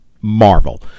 Marvel